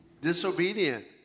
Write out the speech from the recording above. Disobedient